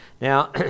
Now